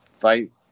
fight